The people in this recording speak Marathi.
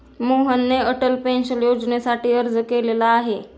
मोहनने अटल पेन्शन योजनेसाठी अर्ज केलेला आहे